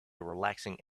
relaxing